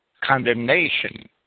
condemnation